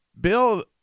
Bill